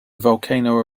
volcano